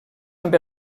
amb